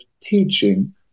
teaching